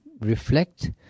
reflect